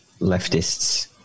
leftists